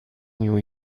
new